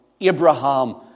Abraham